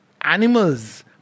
animals